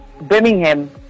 birmingham